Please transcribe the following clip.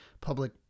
public